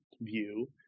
view